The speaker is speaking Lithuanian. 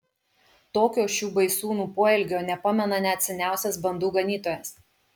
tokio šių baisūnų poelgio nepamena net seniausias bandų ganytojas